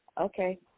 Okay